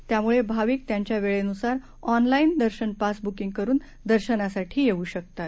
त्यामुळे भाविक त्यांच्या वेळेनुसार ऑन लाईन दर्शन पास बुकिंग करून दर्शनासाठी येऊ शकतात